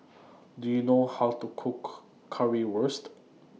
Do YOU know How to Cook Currywurst